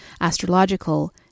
astrological